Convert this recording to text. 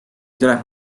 tuleb